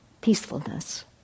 peacefulness